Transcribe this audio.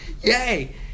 Yay